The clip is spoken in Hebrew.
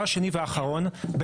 והאחרון,